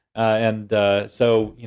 and so,